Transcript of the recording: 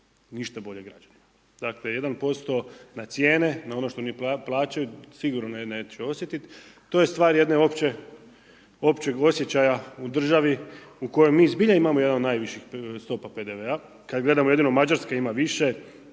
ništa bolje za građane. Dakle, 1% na cijene, na ono što oni plaćaju, sigurno neće osjetiti. To je stvar jedne opće, općeg osjećaja u državi u kojoj mi zbilja imamo jedan od najviših stopa PDV-a, kad gledamo, jedino Mađarska ima više.